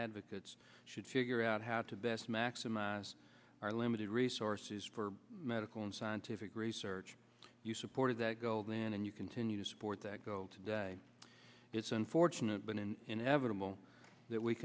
advocates should figure out how to best maximize our limited resources for medical and scientific research you supported that goal then and you continue to support that goal today it's unfortunate but in inevitable that we